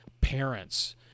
Parents